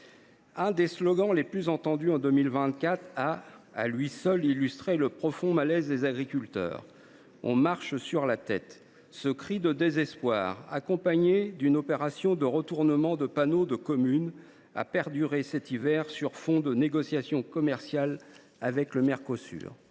Un des slogans les plus entendus en 2024 a, à lui seul, illustré le profond malaise des agriculteurs :« On marche sur la tête. » Ce cri de désespoir, accompagné d’une opération de retournement de panneaux de communes, a perduré cet hiver sur fond de négociations commerciales avec le Mercosur.